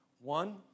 One